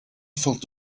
filled